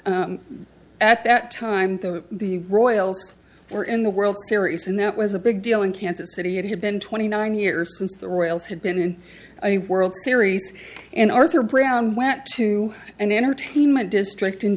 at that time the royals were in the world series and that was a big deal in kansas city it had been twenty nine years since the royals had been in a world series in arthur brown went to an entertainment district in